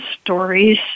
stories